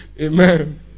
Amen